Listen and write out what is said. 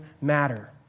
matter